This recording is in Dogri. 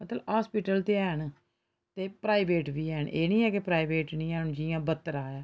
मतलब अस्पताल ते हैन ते प्राइवेट बी हैन एह् निं ऐ कि प्राइवेट निं हैन जि'यां बत्तरा ऐ